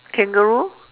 kangaroo